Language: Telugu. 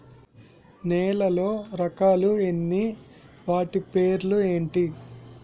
నేలలో రకాలు ఎన్ని వాటి పేర్లు ఏంటి?